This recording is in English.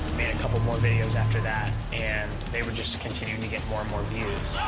made a couple more videos after that and they were just continuing to get more and more views.